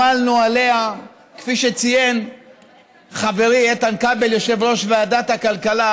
כפי שציין חברי איתן כבל, יושב-ראש ועדת הכלכלה,